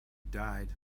died